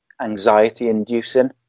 anxiety-inducing